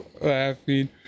laughing